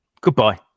Goodbye